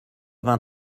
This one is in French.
vingt